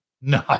No